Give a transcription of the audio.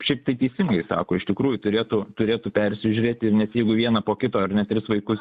šiaip tai teisingai sako iš tikrųjų turėtų turėtų persižiūrėti ir nes jeigu vieną po kito ar ne tris vaikus